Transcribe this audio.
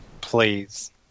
Please